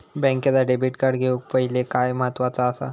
बँकेचा debit card घेउक पाहिले काय महत्वाचा असा?